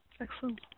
Excellent